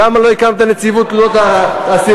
למה לא הקמת נציבות תלונות לאסירים?